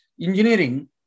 engineering